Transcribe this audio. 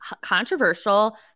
Controversial